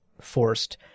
forced